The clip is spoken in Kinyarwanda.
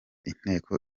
inteko